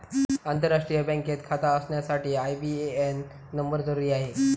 आंतरराष्ट्रीय बँकेत खाता असण्यासाठी आई.बी.ए.एन नंबर जरुरी आहे